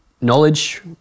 knowledge